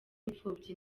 imfubyi